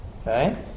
Okay